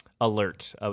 alert